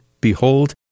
behold